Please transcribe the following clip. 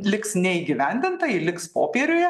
liks neįgyvendinta ji liks popieriuje